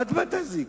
עד מתי זה יקרה?